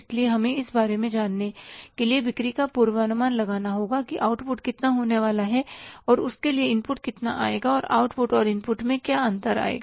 इसलिए हमें इस बारे में जानने के लिए बिक्री का पूर्वानुमान लगाना होगा कि आउटपुट कितना होने वाला है और उसके लिए इनपुट कितना आएगा और आउटपुट और इनपुट में क्या अंतर आएगा